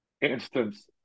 instance